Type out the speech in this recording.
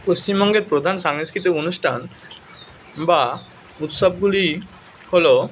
পশ্চিমবঙ্গের প্রধান সাংস্কৃতিক অনুষ্ঠান বা উৎসবগুলি হল